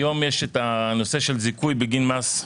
היום יש את הנושא של זיכוי בגין מס,